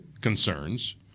concerns